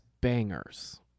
bangers